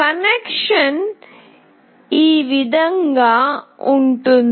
connection ఈ విధంగా ఉంటుంది